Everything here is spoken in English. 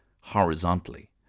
horizontally